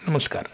नमस्कार